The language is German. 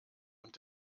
und